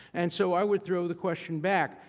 and so i would throw the question back,